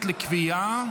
הכנסת נתקבלה.